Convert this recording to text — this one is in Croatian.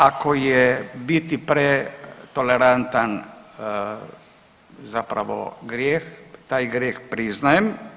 Ako je biti pretolerantan zapravo grijeh, taj grijeh priznajem.